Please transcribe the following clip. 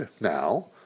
now